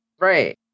Right